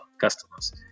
customers